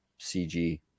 CG